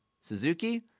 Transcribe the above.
Suzuki